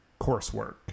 coursework